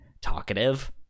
talkative